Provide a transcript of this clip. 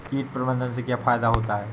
कीट प्रबंधन से क्या फायदा होता है?